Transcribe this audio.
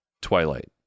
Twilight